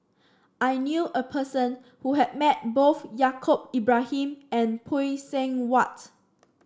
I knew a person who has met both Yaacob Ibrahim and Phay Seng Whatt